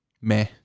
Meh